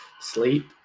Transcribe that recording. sleep